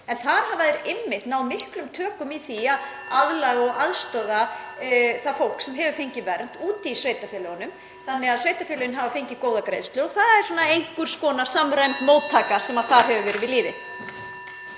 En þar hafa þeir einmitt náð miklum tökum í því að aðlaga (Forseti hringir.) og aðstoða það fólk sem hefur fengið vernd úti í sveitarfélögunum þannig að sveitarfélögin hafa fengið góða greiðslu og það er svona einhvers konar samræmd móttaka sem þar hefur verið við lýði.